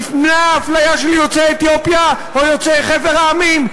תמנע אפליה של יוצאי אתיופיה או יוצאי חבר המדינות,